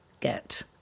get